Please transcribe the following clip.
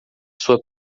sua